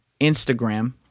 Instagram